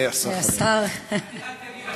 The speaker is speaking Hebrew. השר אני אומר,